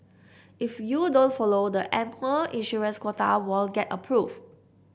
if you don't follow the annual issuance quota won't get approved